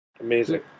Amazing